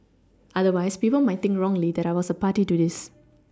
otherwise people might wrongly that I was party to this